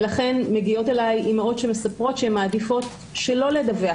לכן מגיעות אליי אימהות שמספרות שמעדיפות לא לדווח